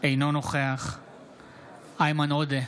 אינו נוכח איימן עודה,